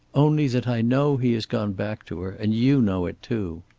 only that i know he has gone back to her. and you know it too.